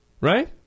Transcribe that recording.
Right